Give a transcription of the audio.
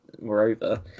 moreover